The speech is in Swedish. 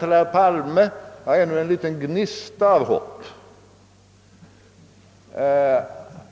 Jag har nämligen ännu en liten gnista av hopp om